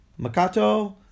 Makato